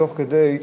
תוך כדי,